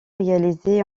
réalisées